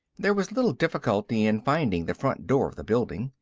there was little difficulty in finding the front door of the building,